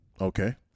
Okay